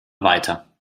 weiter